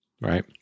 right